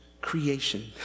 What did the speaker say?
creation